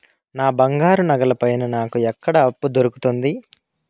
నా బంగారు నగల పైన నాకు ఎక్కడ అప్పు దొరుకుతుంది